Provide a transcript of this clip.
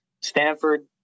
Stanford